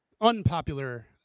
unpopular